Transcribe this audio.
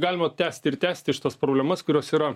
galima tęsti ir tęsti šitas problemas kurios yra